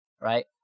right